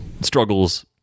struggles